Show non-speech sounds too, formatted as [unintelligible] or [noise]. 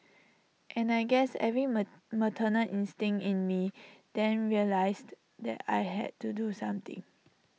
and I guess every [unintelligible] maternal instinct in me then realised that I had to do something